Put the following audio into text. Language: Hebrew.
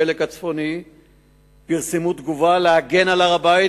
הפלג הצפוני תגובה הקוראת להגן על הר-הבית